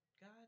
God